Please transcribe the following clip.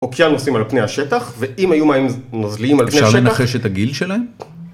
אוקיינוסים על פני השטח, ואם היו מים נוזליים על פני השטח... אפשר לנחש את הגיל שלהם?